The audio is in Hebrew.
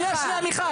שנייה, שנייה מיכל.